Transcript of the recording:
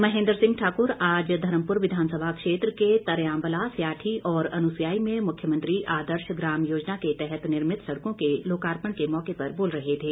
महेन्द्र सिंह ठाकुर आज धर्मपुर विधानसभा क्षेत्र के तरयाम्बला स्याठी और अनुस्वाई में मुख्यमंत्री आदर्श ग्राम योजना के तहत निर्मित सड़कों के लोकार्पण के मौके पर बोल रहे थे